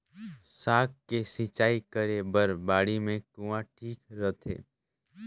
साग के सिंचाई करे बर बाड़ी मे कुआँ ठीक रहथे?